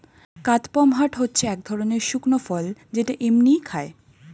কাদপমহাট হচ্ছে এক ধরণের শুকনো ফল যেটা এমনিই খায়